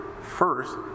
first